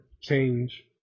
Change